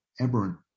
aberrant